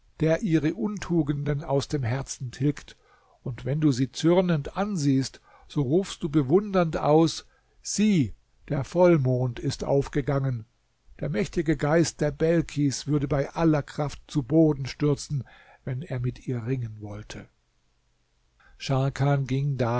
der ihre untugenden aus dem herzen tilgt und wenn du sie zürnend ansiehst so rufst du bewundernd aus sieh der vollmond ist aufgegangen der mächtige geist der belkis würde bei aller kraft zu boden stürzen wenn er mit ihr ringen wollte scharkan ging